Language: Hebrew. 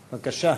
בבקשה.